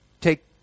take